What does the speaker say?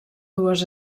dues